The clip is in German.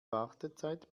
wartezeit